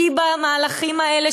כי במהלכים האלה,